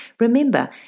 Remember